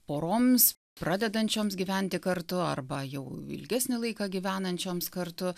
poroms pradedančioms gyventi kartu arba jau ilgesnį laiką gyvenančioms kartu